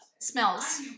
smells